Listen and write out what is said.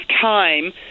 time